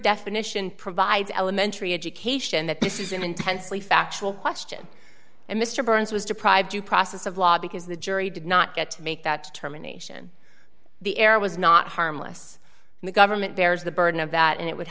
definition provides elementary education that this is an intensely factual question and mr burns was deprived due process of law because the jury did not get to make that determination the error was not harmless and the government bears the burden of that and it would